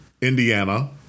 Indiana